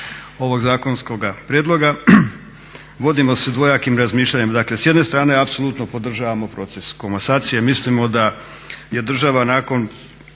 ovog zakonskoga prijedloga, vodimo se dvojakim razmišljanjem. Dakle s jedne strane apsolutno podržavamo proces komasacije, mislim da je država nakon